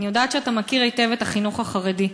אני יודעת שאתה מכיר היטב את החינוך החרדי.